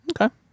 Okay